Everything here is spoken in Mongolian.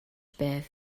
байв